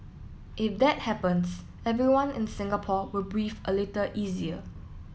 if that happens everyone in Singapore will breathe a little easier